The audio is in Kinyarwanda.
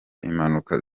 impanuka